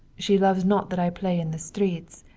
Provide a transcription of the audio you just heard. she loves not that i play in the streets,